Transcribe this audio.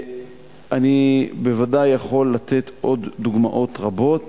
אני בוודאי יכול לתת עוד דוגמאות רבות.